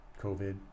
covid